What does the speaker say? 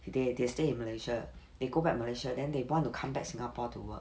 they they stay in malaysia they go back malaysia then they want to come back singapore to work